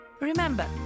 Remember